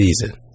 season